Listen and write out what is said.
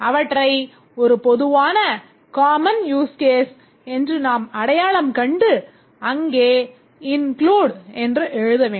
அவற்றை ஒரு பொதுவான common use case என்று நாம் அடையாளம் கண்டு அங்கே include என்று எழுத வேண்டும்